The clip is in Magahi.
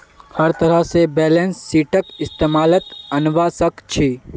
हर तरह से बैलेंस शीटक इस्तेमालत अनवा सक छी